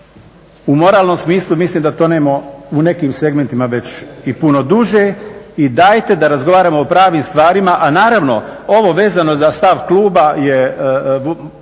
U moralnom smislu mislim da tonemo u nekim segmentima već i puno duže i dajte da razgovaramo o pravim stvarima. A naravno ovo vezano za stav kluba je